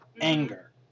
anger